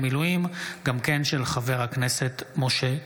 התשפ"ה 2025,